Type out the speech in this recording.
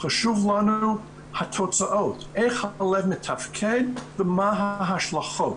חשובות לנו התוצאות, איך הלב מתפקד ומה ההשלכות.